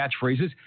catchphrases